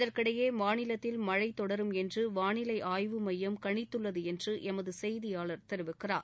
இதற்கிடையே மாநிலத்தில் மழை தொடரும் என்று வாளிலை ஆய்வு மையம் கணித்துள்ளது என்று எமது செய்தியாளர் தெரிவிக்கிறார்